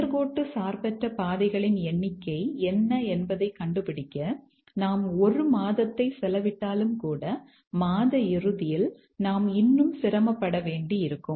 நேர்கோட்டு சார்பற்ற பாதைகளின் எண்ணிக்கை என்ன என்பதைக் கண்டுபிடிக்க நாம் ஒரு மாதத்தை செலவிட்டாலும் கூட மாத இறுதியில் நாம் இன்னும் சிரமப்பட வேண்டியிருக்கும்